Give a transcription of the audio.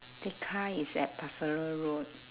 tekka is at buffalo road